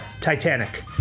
Titanic